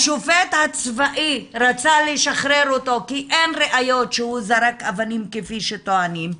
השופט הצבאי רצה לשחרר אותו כי אין ראיות שהוא זרק אבנים כפי שטוענים,